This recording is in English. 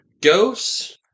ghosts